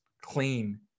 clean